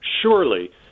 surely